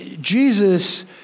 Jesus